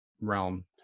realm